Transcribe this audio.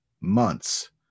months